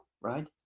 Right